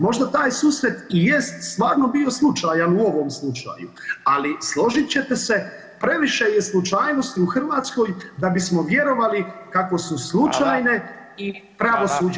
Možda taj susret i jest stvarno bio slučajan u ovom slučaju, ali složit ćete se, previše je slučajnosti u Hrvatskoj da bismo vjerovali [[Upadica: Fala]] kako su slučajne i pravosuđe